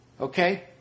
Okay